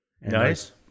Nice